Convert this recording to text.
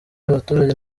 abaturage